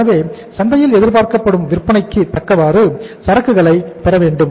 எனவே சந்தையில் எதிர்பார்க்கப்படும் விற்பனைக்கு தக்கவாறு சரக்குகளை பெறவேண்டும்